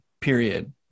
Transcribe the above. period